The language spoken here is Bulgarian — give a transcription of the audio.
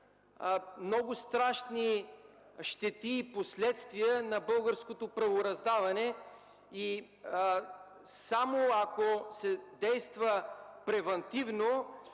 много страшни щети и последствия на българското правораздаване. Само ако се действа превантивно,